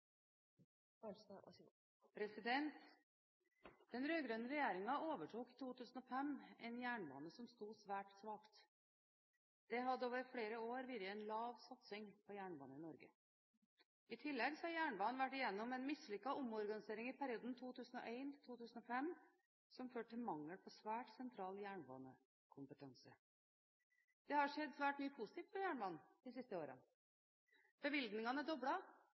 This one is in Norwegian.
i NTP? Den rød-grønne regjeringen overtok i 2005 en jernbane som sto svært svakt. Det hadde over flere år vært lav satsing på jernbane i Norge. I tillegg har jernbanen vært gjennom en mislykket omorganisering i perioden 2001–2005, som førte til mangel på svært sentral jernbanekompetanse. Det har skjedd svært mye positivt på jernbanen de siste årene. Bevilgningene er